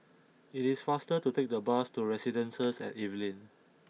it is faster to take the bus to Residences at Evelyn